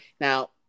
Now